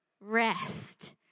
Rest